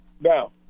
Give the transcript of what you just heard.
Now